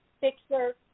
fixer